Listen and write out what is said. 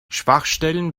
schwachstellen